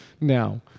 now